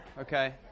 Okay